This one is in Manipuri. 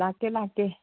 ꯂꯥꯛꯀꯦ ꯂꯥꯛꯀꯦ